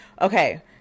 Okay